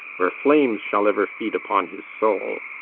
where flames shall ever feed upon his soul.